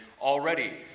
already